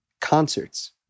concerts